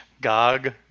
GOG